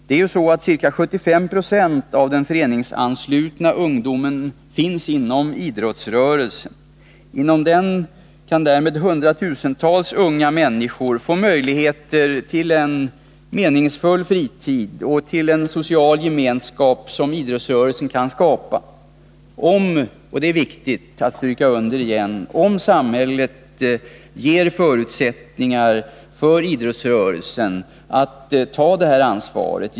Ca 75 76 av den föreningsanslutna ungdomen finns inom idrottsrörelsen. Inom denna kan därmed hundratusentals unga människor få möjligheter till en meningsfull fritid och till social gemenskap. Detta kan idrottsrörelsen skapa — och det är viktigt att stryka under — om samhället genom generösa anslag ger förutsättningar för idrottsrörelsen att ta detta ansvar.